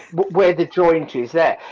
where the joint is there!